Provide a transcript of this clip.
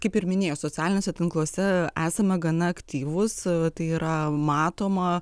kaip ir minėjo socialiniuose tinkluose esame gana aktyvūs tai yra matoma